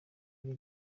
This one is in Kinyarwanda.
ari